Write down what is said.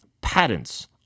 patents